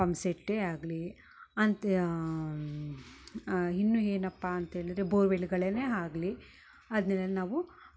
pump ಸೆಟ್ಟೆ ಆಗಲಿ ಅಂತೆ ಇನ್ನು ಏನಪ್ಪ ಅಂತೇಳಿದರೆ ಬೋರ್ವೆಲ್ಗಳನ್ನೇ ಆಗಲಿ ಅದನ್ನ ನಾವು